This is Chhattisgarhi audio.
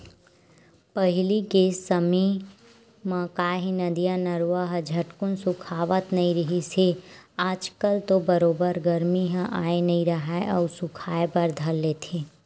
पहिली के समे म काहे नदिया, नरूवा ह झटकून सुखावत नइ रिहिस हे आज कल तो बरोबर गरमी ह आय नइ राहय अउ सुखाय बर धर लेथे